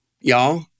y'all